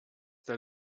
der